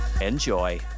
Enjoy